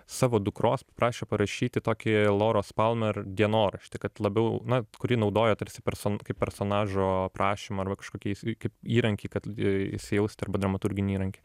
savo dukros paprašė parašyti tokį loros palmer dienoraštį kad labiau na kurį naudojo tarsi person kaip personažo aprašymą arba kažkokį s kaip įrankį kad į įsijaust arba dramaturginį įrankį